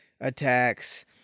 attacks